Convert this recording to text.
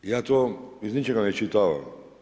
Ja to iz ničega ne iščitavam.